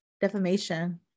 defamation